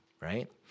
right